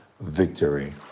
victory